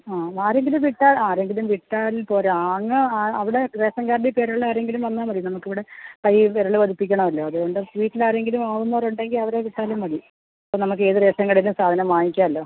ആ ആരെങ്കിലും വിട്ടാൽ ആരെങ്കിലും വിട്ടാൽ പോരാ അങ്ങ് അവിടെ റേഷൻ കാർഡിൽ പേരുള്ള ആരെങ്കിലും വന്നാൽ മതി നമുക്കിവിടെ കയ്യിൽ വിരൽ പതിപ്പിക്കണമല്ലോ അതുകൊണ്ട് വീട്ടിൽ ആരെയെങ്കിലും ആവുന്നവരുണ്ടെങ്കിൽ അവരെ വിട്ടാലും മതി ഇപ്പോൾ നമുക്ക് ഏത് റേഷൻ കടയിലും സാധനം വാങ്ങിക്കാമല്ലോ